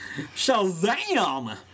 Shazam